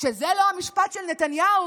שזה לא המשפט של נתניהו,